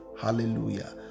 Hallelujah